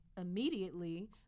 immediately